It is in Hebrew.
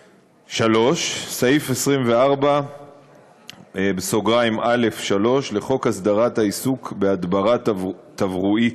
3. סעיף 24(א)(3) לחוק הסדרת העיסוק בהדברה תברואית,